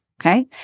Okay